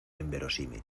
inverosímil